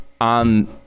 on